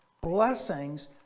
Blessings